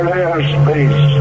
airspace